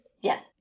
Yes